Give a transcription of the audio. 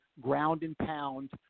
ground-and-pound